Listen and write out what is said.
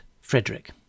Frederick